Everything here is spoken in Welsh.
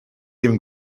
ddim